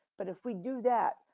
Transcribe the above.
but if we do that,